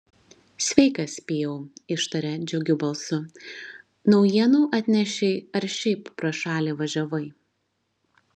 sveikas pijau ištarė džiugiu balsu naujienų atnešei ar šiaip pro šalį važiavai